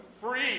free